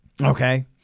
okay